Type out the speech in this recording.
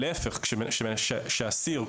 להפך כשאסיר,